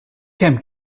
kemm